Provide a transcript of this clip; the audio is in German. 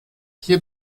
hier